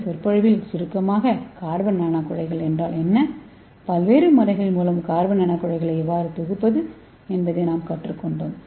இந்த சொற்பொழிவின் சுருக்கமாக கார்பன் நானோகுழாய்கள் என்றால் என்ன பல்வேறு முறைகள் மூலம் கார்பன் நானோகுழாய்களை எவ்வாறு தொகுப்பது என்பதை நாங்கள் கற்றுக்கொண்டோம்